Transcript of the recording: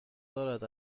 دارد